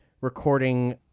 recording